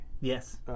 Yes